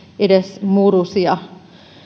edes murusia